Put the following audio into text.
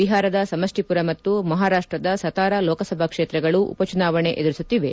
ಬಿಹಾರದ ಸಮಷ್ಷಿಪುರ ಮತ್ತು ಮಹಾರಾಷ್ಷದ ಸತಾರಾ ಲೋಕಸಭಾ ಕ್ಷೇತ್ರಗಳು ಉಪಚುನಾವಣೆ ಎದುರಿಸುತ್ತಿವೆ